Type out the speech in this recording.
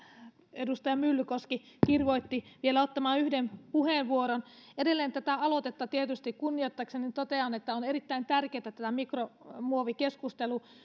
edustaja myllykoski kirvoitti vielä ottamaan yhden puheenvuoron edelleen tätä aloitetta tietysti kunnioittaakseni totean että on erittäin tärkeätä että tämä mikromuovi